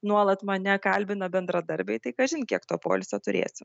nuolat mane kalbina bendradarbiai tai kažin kiek to poilsio turėsiu